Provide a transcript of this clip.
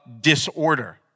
disorder